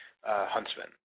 Huntsman